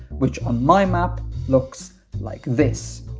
which on my map looks like this.